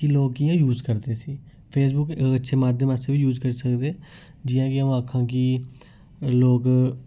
कि लोक कि'यां यूज करदे इसी फेसबुक लोक अच्छे माध्यम आस्तै बी यूज करी सकदे जियां कि अऊं आक्खां कि लोक